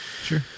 Sure